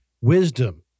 wisdom